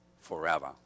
forever